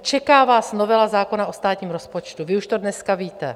Čeká vás novela zákona o státním rozpočtu, vy už to dneska víte.